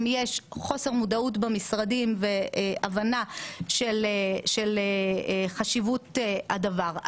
יש חוסר מודעות במשרדים והבנה של חשיבות הדבר.